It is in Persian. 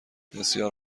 بسیار